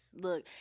Look